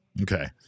Okay